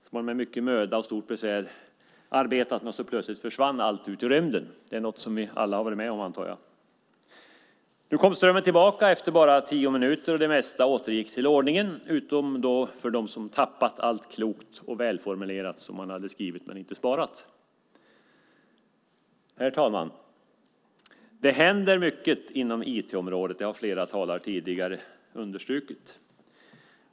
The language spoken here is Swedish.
Vad de med mycket möda och stort besvär arbetat med hade plötsligt försvunnit i rymden. Det är något som vi alla har varit med om, antar jag. Nu kom strömmen tillbaka efter bara tio minuter och det mesta återgick till ordningen, utom då för dem som tappat allt klokt och välformulerat som de skrivit och inte sparat. Herr talman! Det händer mycket inom IT-området. Det har flera talare tidigare understrukit.